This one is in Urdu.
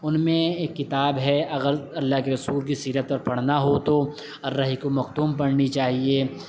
ان میں ایک کتاب ہے اگر اللہ کے رسول کی سیرت کو پڑھنا ہو تو الرحیق المختوم پڑھنی چاہیے